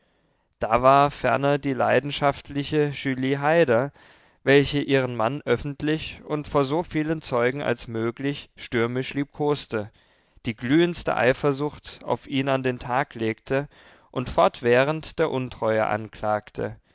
da war ferner die leidenschaftliche julie haider welche ihren mann öffentlich und vor so vielen zeugen als möglich stürmisch liebkoste die glühendste eifersucht auf ihn an den tag legte und fortwährend der untreue anklagte